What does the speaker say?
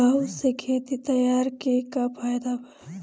Plough से खेत तैयारी के का फायदा बा?